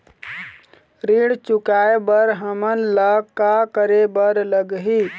ऋण चुकाए बर हमन ला का करे बर लगही?